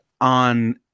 on